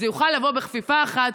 זה יוכל לבוא בכפיפה אחת,